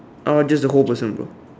oh just the whole person bro